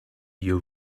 you